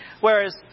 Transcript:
Whereas